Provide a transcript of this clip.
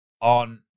on